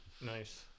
Nice